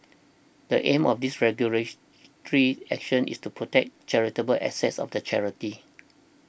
the aim of this regulatory action is to protect charitable assets of the charity